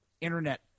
internet